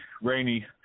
rainy